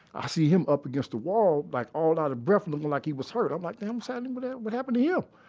i see him up against the wall, like all out of breath and looking like he was hurt. i'm like, damn so and and but what happened to him?